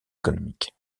économique